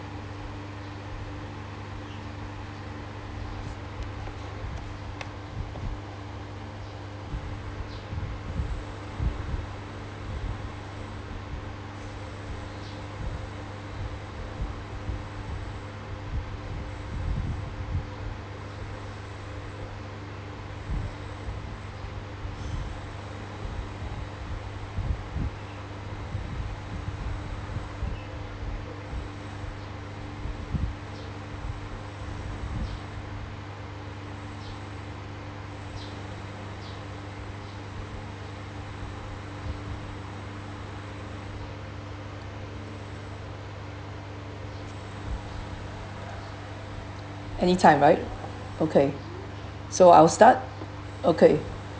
anytime right okay so I'll start okay